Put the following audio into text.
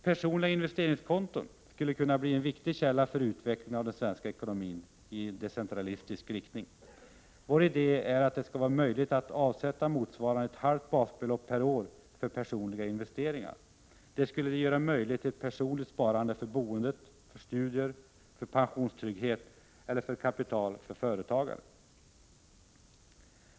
Personliga investeringskonton skulle kunna bli en viktig källa för utveckling av den svenska ekonomin i decentralistisk riktning. Vår idé är att det skall vara möjligt att avsätta medel motsvarande ett halvt basbelopp per år för personliga investeringar. Detta skulle möjliggöra ett personligt sparande för boende, för studier, för pensionstrygghet eller till kapital för företagande.